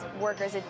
workers